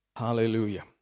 hallelujah